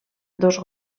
dos